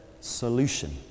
solution